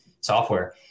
software